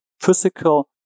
physical